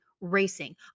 racing